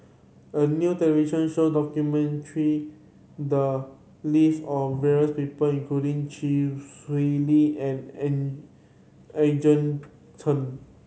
a new television show the lives of various people including Chee Swee Lee and Eugene Chen